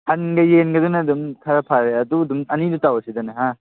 ꯁꯟꯒ ꯌꯦꯟꯒ ꯑꯗꯨꯅ ꯑꯗꯨꯝ ꯈꯔ ꯐꯔꯦ ꯑꯗꯨ ꯑꯗꯨꯝ ꯑꯅꯤꯗꯨ ꯇꯧꯔꯁꯤꯗꯅ ꯍꯥ